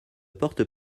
porte